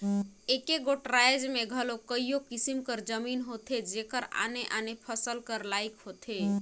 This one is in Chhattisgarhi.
एके गोट राएज में घलो कइयो किसिम कर जमीन होथे जेहर आने आने फसिल कर लाइक होथे